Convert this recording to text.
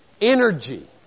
energy